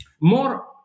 more